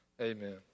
amen